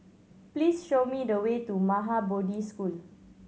please show me the way to Maha Bodhi School